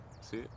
See